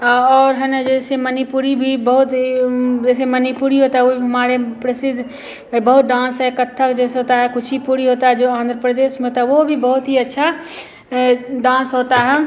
अ और है ना जैसे मणिपुरी भी बहुत यह जैसे मणिपुरी होता है वह भी हमारे प्रसिद्ध है बहुत डांस है कत्थक जैसे होता है कुचिपुड़ी होता है जो आंध्र प्रदेश में होता है वह भी बहुत ही अच्छा डांस होता है